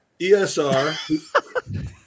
ESR